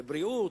בבריאות,